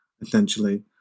essentially